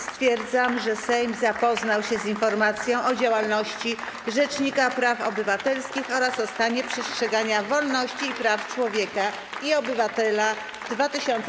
Stwierdzam, że Sejm zapoznał się z informacją o działalności Rzecznika Praw Obywatelskich oraz o stanie przestrzegania wolności i praw człowieka i obywatela w roku 2019.